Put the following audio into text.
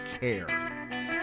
care